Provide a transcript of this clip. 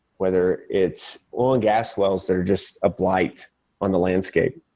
whether it's oil and gas wells that are just a blight on the landscape.